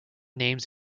names